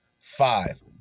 five